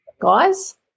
guys